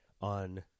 On